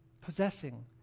possessing